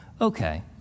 Okay